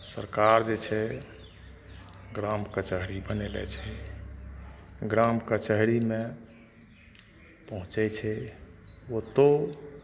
सरकार जे छै ग्राम कचहरी बनेने छै ग्राम कचहरीमे पहुँचै छै ओतौ